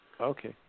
Okay